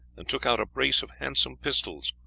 and took out a brace of handsome pistols,